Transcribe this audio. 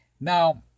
now